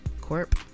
Corp